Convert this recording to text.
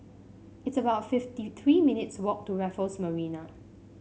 it's about fifty three minutes' walk to Raffles Marina